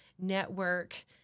network